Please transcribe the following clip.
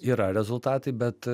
yra rezultatai bet